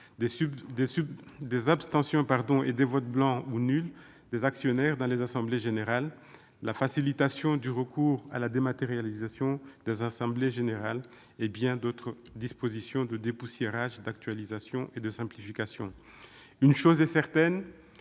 des abstentions et des votes blancs ou nuls des actionnaires dans les assemblées générales ; facilitation du recours à la dématérialisation des assemblées générales, tout cela parmi bien d'autres dispositions de dépoussiérage, d'actualisation et de simplification. Une chose est certaine